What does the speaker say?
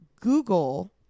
Google